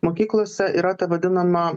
mokyklose yra ta vadinama